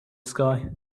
sky